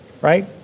right